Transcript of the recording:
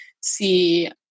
see